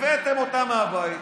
הבאתם אותה מהבית.